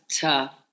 tough